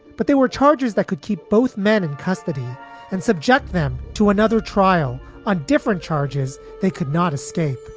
but they were charges that could keep both men in custody and subject them to another trial on different charges they could not escape.